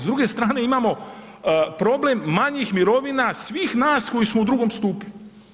S druge strane imamo problem manjih mirovina svih nas koji smo u drugom stupu.